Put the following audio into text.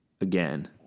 Again